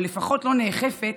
או לפחות לא נאכפת,